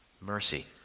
mercy